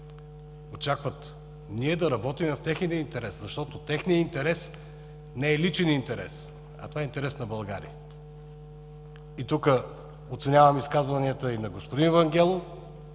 очакват да работим в техен интерес, защото техният интерес не е личен интерес, а това е интерес на България. Тук оценявам изказванията и на господин Вангелов,